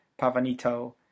Pavanito